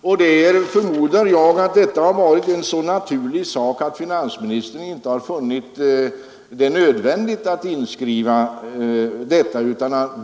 Jag förmodar att detta varit en så naturlig sak att finansministern inte har funnit det nödvändigt att skriva in det i direktiven.